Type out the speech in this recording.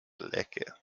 lecker